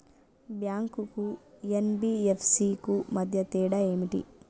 Bank కు NBFC కు మధ్య తేడా ఏమిటి?